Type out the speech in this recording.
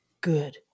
Good